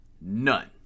None